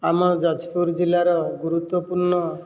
ଆମ ଯାଜପୁର ଜିଲ୍ଲାର ଗୁରୁତ୍ୱପୂର୍ଣ୍ଣ